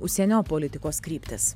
užsienio politikos kryptis